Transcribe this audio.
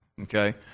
okay